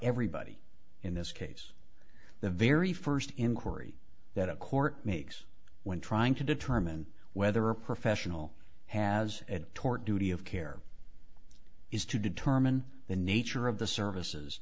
everybody in this case the very first inquiry that a court makes when trying to determine whether a professional has a tort duty of care is to determine the nature of the services